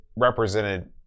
represented